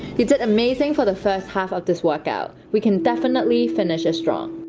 is it amazing for the first half of this workout? we can definitely finish it strong